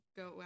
go